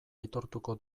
aitortuko